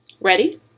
Ready